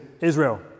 Israel